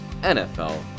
NFL